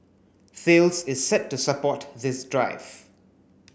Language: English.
Thales is set to support this drive